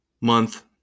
month